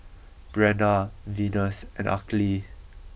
Breanna Venus and Aracely